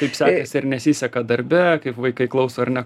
kaip sekasi ar nesiseka darbe kaip vaikai klauso ar ne